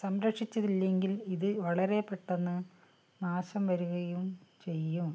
സംരക്ഷിച്ചില്ലെങ്കിൽ ഇതു വളരെ പെട്ടെന്നു നാശം വരുകയും ചെയ്യും